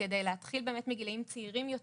שנספר עליה עוד מעט,